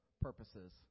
purposes